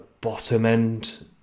bottom-end